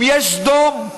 אם יש סדום,